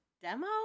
demo